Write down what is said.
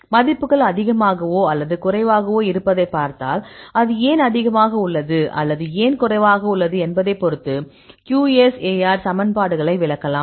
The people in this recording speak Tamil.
மதிப்புகள் அதிகமாகவோ அல்லது குறைவாகவோ இருப்பதை பார்த்தால் அது ஏன் அதிகமாக உள்ளது அல்லது ஏன் குறைவாக உள்ளது என்பதை பொறுத்து QSAR சமன்பாடுகளை விளக்கலாம்